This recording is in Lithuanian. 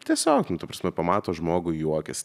tiesiog nu ta prasme pamato žmogų juokiasi